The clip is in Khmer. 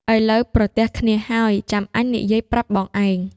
ឥឡូវប្រទះគ្នាហើយ ចាំអញនិយាយប្រាប់បងឯង